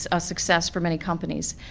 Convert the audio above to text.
a success for many companies.